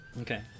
Okay